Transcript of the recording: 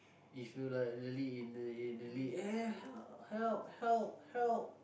if you like really in the in the lift eh help help help help